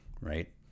right